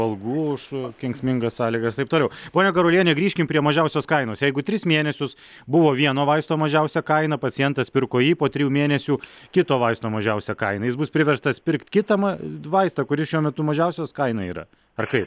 algų su kenksmingas sąlygas taip toliau ponia garuliene grįžkim prie mažiausios kainos jeigu tris mėnesius buvo vieno vaisto mažiausia kaina pacientas pirko jį po trijų mėnesių kito vaisto mažiausia kaina jis bus priverstas pirkt kitą ma vaistą kuris šiuo metu mažiausios kaina yra ar kai